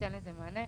ויינתן לזה מענה.